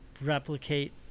replicate